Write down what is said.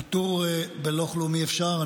פטור בלא כלום אי-אפשר.